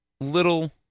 little